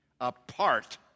apart